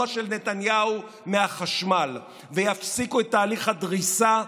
של נתניהו מהחשמל ויפסיקו את תהליך הדריסה,